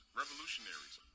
revolutionaries